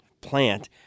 plant